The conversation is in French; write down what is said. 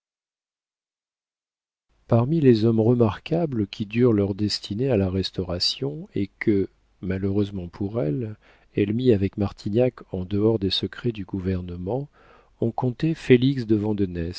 parmi les hommes remarquables qui durent leur destinée à la restauration et que malheureusement pour elle elle mit avec martignac en dehors des secrets du gouvernement on comptait félix de